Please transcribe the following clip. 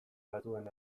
batzuek